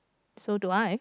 so do I